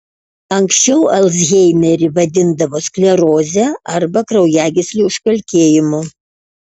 anksčiau alzheimerį vadindavo skleroze arba kraujagyslių užkalkėjimu